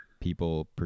people